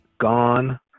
Gone